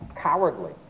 cowardly